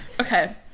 Okay